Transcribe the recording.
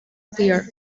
clear